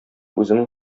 үзенең